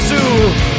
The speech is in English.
Zoo